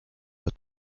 but